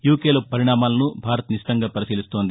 యూకేలో పరిణామాలను భారత్ నిశితంగా పరిశీలిస్తోంది